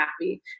happy